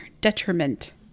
detriment